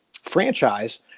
franchise